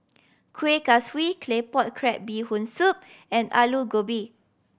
Kuih Kaswi Claypot Crab Bee Hoon Soup and Aloo Gobi